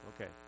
Okay